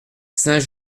saint